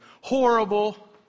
horrible